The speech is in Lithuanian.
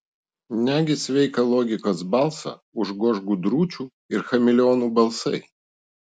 negi sveiką logikos balsą užgoš gudručių ir chameleonų balsai